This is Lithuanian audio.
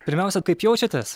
pirmiausia kaip jaučiatės